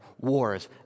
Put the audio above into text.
Wars